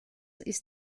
ist